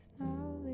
Now